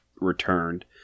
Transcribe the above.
returned